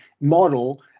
model